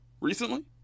recently